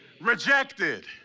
rejected